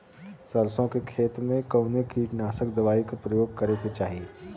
सरसों के खेत में कवने कीटनाशक दवाई क उपयोग करे के चाही?